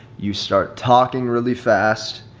you start talking really fast,